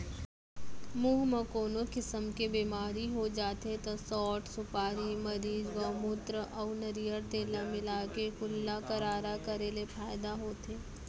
मुंह म कोनो किसम के बेमारी हो जाथे त सौंठ, सुपारी, मरीच, गउमूत्र अउ नरियर तेल ल मिलाके कुल्ला गरारा करे ले फायदा होथे